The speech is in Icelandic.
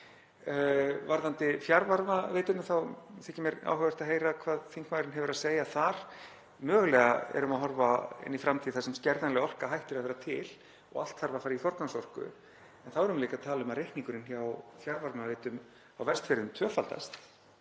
Varðandi fjarvarmaveiturnar þá þykir mér áhugavert að heyra hvað þingmaðurinn hefur að segja þar. Mögulega erum við að horfa inn í framtíð þar sem skerðanleg orka hættir að vera til og allt þarf að fara í forgangsorku. En þá erum við líka að tala um að reikningurinn hjá fjarvarmaveitum á Vestfjörðum tvöfaldast